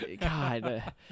God